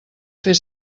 fer